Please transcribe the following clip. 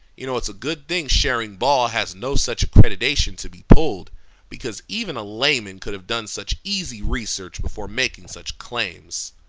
you know, it's a good thing charing ball has no such accreditation to be pulled because even a layman could have done such easy research before making such claims.